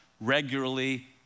regularly